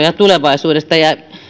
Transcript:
ja tulevaisuudesta